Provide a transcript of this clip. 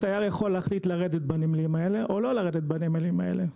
כשהתייר יכול להחליט לרדת בנמלים האלה או לא לרדת בנמלים האלה.